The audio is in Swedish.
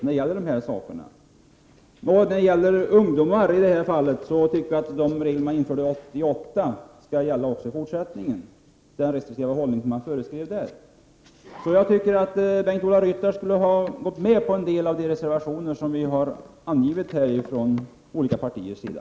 När det gäller ungdomar tycker vi i centern att de regler som infördes 1988 skall gälla också i fortsättningen — dvs. den restriktiva hållning som föreskrivs där. Jag tycker att Bengt-Ola Ryttar skulle ha gått med på en del av de reservationer som vi har avgivit från olika partiers sida.